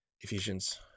Ephesians